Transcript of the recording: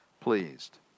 pleased